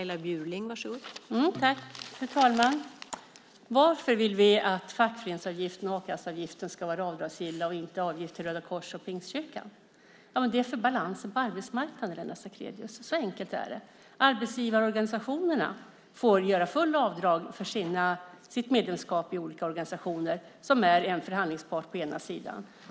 Fru talman! Varför vill vi att fackföreningsavgiften och a-kasseavgiften ska vara avdragsgilla men inte avgifter till Röda Korset och Pingstkyrkan? Det handlar om balansen på arbetsmarknaden, Lennart Sacrédeus. Så enkelt är det. Arbetsgivarna får göra fullt avdrag för sitt medlemskap i olika organisationer. De är en förhandlingspart på ena sidan.